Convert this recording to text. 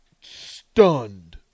stunned